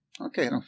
okay